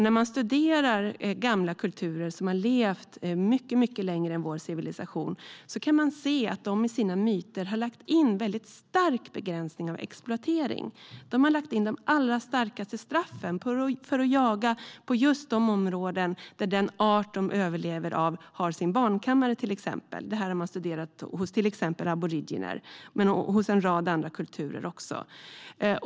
När man studerar gamla kulturer, som har levt mycket längre än vår civilisation, kan man se att de i sina myter har lagt in stark begränsning av exploatering. De har lagt de allra strängaste straffen på att jaga på de områden där den art de överlever av till exempel har sin barnkammare. Det här har man studerat hos till exempel aboriginer och en rad andra kulturer.